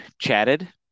chatted